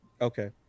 Okay